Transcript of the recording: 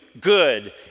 good